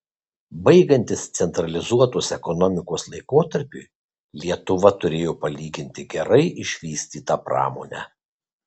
baigiantis centralizuotos ekonomikos laikotarpiui lietuva turėjo palyginti gerai išvystytą pramonę